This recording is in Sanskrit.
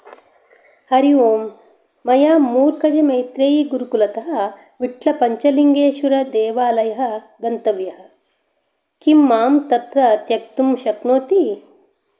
हरि ओम् मया मुर्कजमैत्रेयीगुरुकुलतः विट्लपञ्चलिङ्गेश्वरदेवालयः गन्तव्यः किं मां तत्र त्यक्तुं शक्नोति